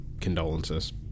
condolences